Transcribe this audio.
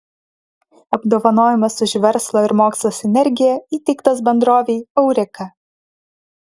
apdovanojimas už verslo ir mokslo sinergiją įteiktas bendrovei aurika